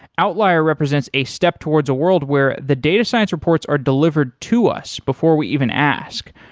outlier represents a step towards a world where the data science reports are delivered to us before we even ask,